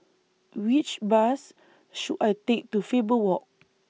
Which Bus should I Take to Faber Walk